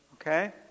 okay